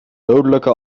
dodelijke